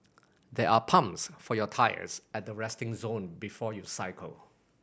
there are pumps for your tyres at the resting zone before you cycle